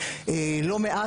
לא מעט,